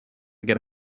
get